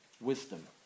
wisdom